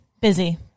Busy